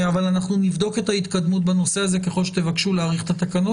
אבל אנחנו נבדוק את ההתקדמות בנושא הזה ככל שתבקשו להאריך את התקנות